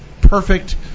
perfect